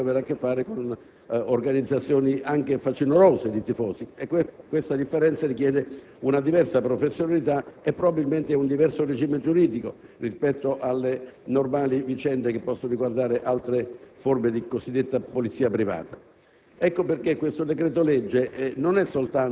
mentre chi è per preposto alla tutela dell'ordine dentro lo stadio potrebbe avere a che fare con organizzazioni anche facinorose di tifosi. Questa differenza richiede una diversa professionalità e probabilmente un diverso regime giuridico rispetto alle normali vicende che possono riguardare altre forme di cosiddetta polizia privata.